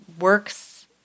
works